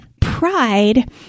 Pride